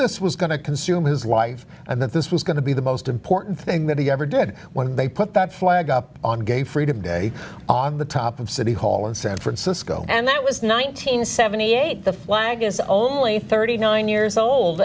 this was going to consume his life and that this was going to be the most important thing that he ever did when they put that flag up on gay freedom day on the top of city hall in san francisco and that was one thousand nine hundred and seventy eight the flag is only thirty nine years old